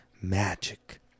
magic